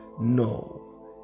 No